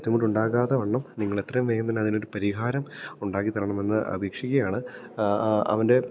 ബുദ്ധിമുട്ടുണ്ടാകാത്ത വണ്ണം നിങ്ങളത്രയും വേഗം തന്നെ അതിനൊരു പരിഹാരം ഉണ്ടാക്കിത്തരണമെന്ന് അപേക്ഷിക്കുകയാണ് അവൻറ്റെ